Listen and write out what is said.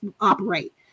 operate